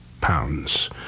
pounds